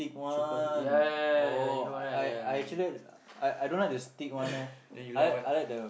chocolate yeah yeah yeah yeah you know right yeah then you like what